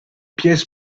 pièces